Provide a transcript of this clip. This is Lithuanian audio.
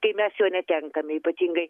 kai mes jo netenkame ypatingai